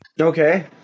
Okay